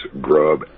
grub